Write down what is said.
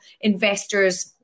investors